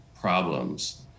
problems